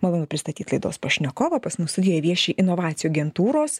malonu pristatyt laidos pašnekovą pas mus studijoj vieši inovacijų agentūros